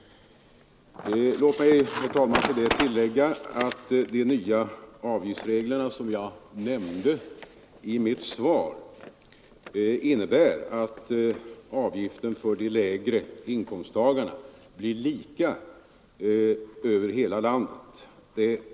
Låt mig, herr talman, tillägga att de nya avgiftsreglerna, som jag nämnde i mitt svar, innebär att avgifterna för de lägre inkomsttagarna blir lika över hela landet.